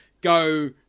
go